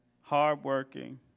hardworking